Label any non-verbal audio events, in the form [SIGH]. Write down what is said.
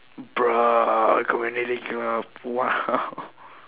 bruh community club !wow! [LAUGHS]